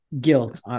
guilt